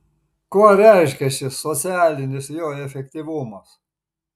kuo reiškiasi socialinis jo efektyvumas